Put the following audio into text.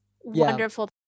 wonderful